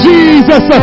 Jesus